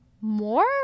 more